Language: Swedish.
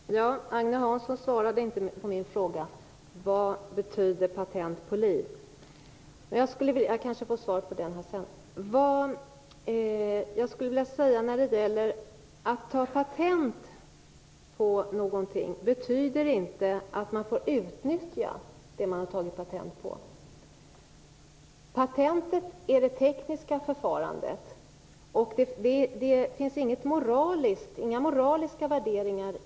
Fru talman! Agne Hansson svarade inte på min fråga om vad patent på liv betyder. Jag kanske får svar på den sedan. Att ta patent på någonting betyder inte att man får utnyttja det man har tagit patent på. Patentet är det tekniska förfarandet. Det finns inga moraliska värderingar i patentregistreringen.